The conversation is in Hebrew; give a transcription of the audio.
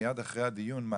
מייד אחרי הדיון,